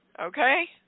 Okay